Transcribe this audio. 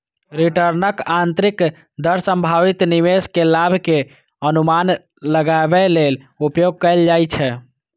रिटर्नक आंतरिक दर संभावित निवेश के लाभ के अनुमान लगाबै लेल उपयोग कैल जाइ छै